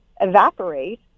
evaporate